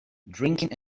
drinking